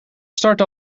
start